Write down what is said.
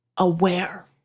Aware